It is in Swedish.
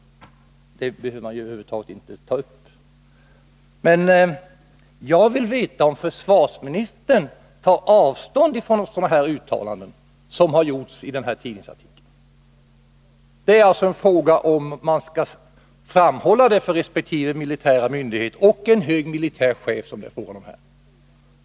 Det behöver man över huvud taget inte ta upp. Men jag vill veta om försvarsministern tar avstånd från sådana uttalanden som har gjorts i denna tidningsartikel. I så fall skall det framhållas för resp. militära myndigheter och chefer. Här är det ju fråga om en hög militär chef.